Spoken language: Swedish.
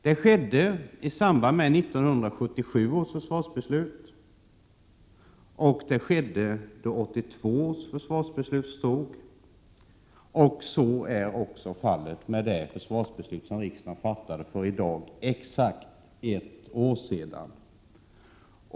Detta skedde i samband med 1977 års försvarsbeslut. Det skedde också vid 1982 års försvarsbeslut. Och så var fallet med det försvarsbeslut som fattades för på dagen exakt ett år sedan.